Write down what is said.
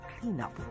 cleanup